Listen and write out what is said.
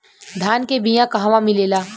धान के बिया कहवा मिलेला?